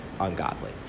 ungodly